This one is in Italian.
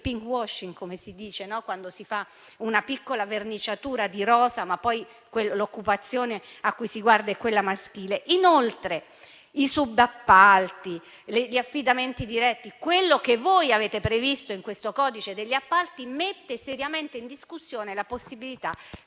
di *pink washing*, come si dice quando si fa una piccola verniciatura di rosa, ma poi l'occupazione a cui si guarda è quella maschile. Inoltre i subappalti e gli affidamenti diretti, quello che voi avete previsto in questo codice degli appalti, mettono seriamente in discussione la possibilità